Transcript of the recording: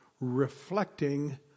reflecting